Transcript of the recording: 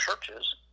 churches